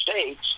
states